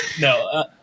no